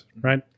right